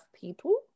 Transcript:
people